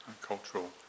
cultural